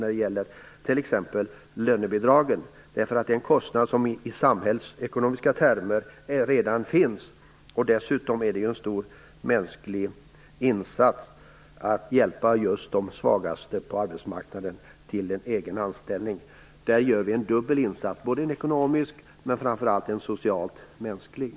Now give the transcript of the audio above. När det gäller t.ex. lönebidragen är det en kostnad som i samhällsekonomiska termer redan finns. Dessutom gör vi mänskligt sett en stor insats om vi hjälper just de svagaste på arbetsmarknaden till en egen anställning. Det har dubbel effekt, både ekonomiskt och framför allt socialt-mänskligt.